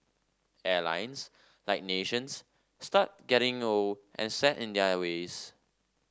airlines like nations start getting old and set in their ways